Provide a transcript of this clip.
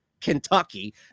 Kentucky